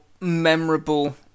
memorable